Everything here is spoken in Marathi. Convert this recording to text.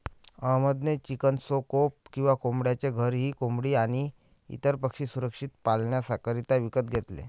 अहमद ने चिकन कोप किंवा कोंबड्यांचे घर ही कोंबडी आणी इतर पक्षी सुरक्षित पाल्ण्याकरिता विकत घेतले